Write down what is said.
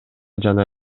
жана